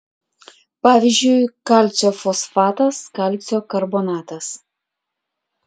pavyzdžiui kalcio fosfatas kalcio karbonatas